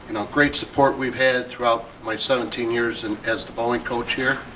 and great support we've had throughout my seventeen years and as the bowling coach here,